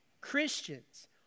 Christians